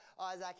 Isaac